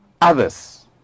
Others